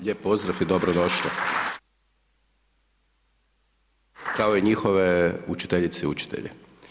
Lijep pozdrav i dobrodošli. … kao i njihove učiteljice i učitelje.